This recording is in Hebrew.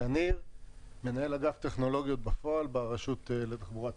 מנהל אגף טכנולוגיות בפועל ברשות לתחבורה ציבורית.